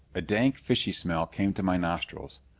a dank, fishy smell came to my nostrils.